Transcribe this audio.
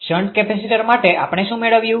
shunt capacitor માટે આપણે શુ મેળવ્યું